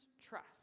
trust